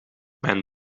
mijn